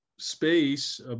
space